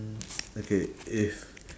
mm okay if